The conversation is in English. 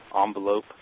envelope